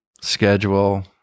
schedule